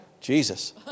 Jesus